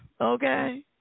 okay